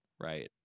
Right